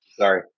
Sorry